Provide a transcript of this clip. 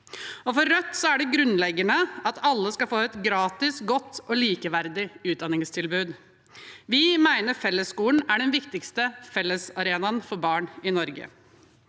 For Rødt er det grunnleggende at alle skal få et gratis, godt og likeverdig utdanningstilbud. Vi mener fellesskolen er den viktigste fellesarenaen for barn i Norge.